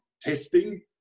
testing